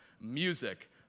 music